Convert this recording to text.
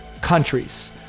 countries